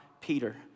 Peter